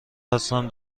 هستم